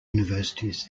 universities